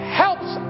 helps